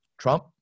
Trump